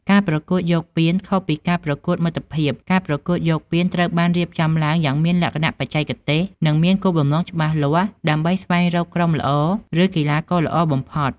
ការប្រកួតយកពាន ខុសពីការប្រកួតមិត្តភាព ការប្រកួតយកពានត្រូវបានរៀបចំឡើងយ៉ាងមានលក្ខណៈបច្ចេកទេស និងមានគោលបំណងច្បាស់លាស់ដើម្បី ស្វែងរកក្រុមល្អ ឬកីឡាករល្អបំផុត។